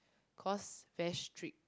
cause very strict